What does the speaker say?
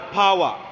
power